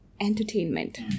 entertainment